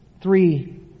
three